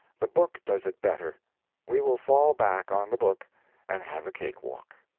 the book does it better we will fall back on the book and have a cake-walk